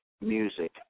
music